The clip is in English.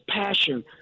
passion